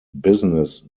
business